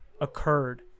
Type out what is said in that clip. occurred